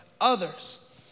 others